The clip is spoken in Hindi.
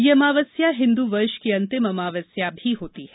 यह अमावस्या हिन्दू वर्ष की अंतिम अमावस्या भी होती है